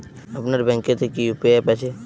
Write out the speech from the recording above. আপনার ব্যাঙ্ক এ তে কি ইউ.পি.আই অ্যাপ আছে?